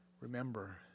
remember